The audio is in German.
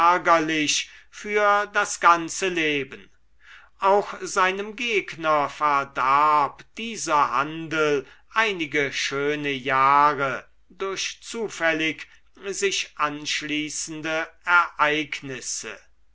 für das ganze leben auch seinem gegner verdarb dieser handel einige schöne jahre durch zufällig sich anschließende ereignisse